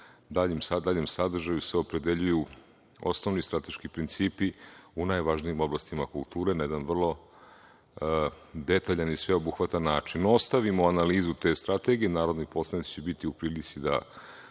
daljem sadržaju se opredeljuju osnovni strateški principi u najvažnijim oblastima kulture na jedan vrlo detaljan i sveobuhvatan način. Ostavimo analizu te strategije, narodni poslanici će biti u prilici da